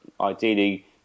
ideally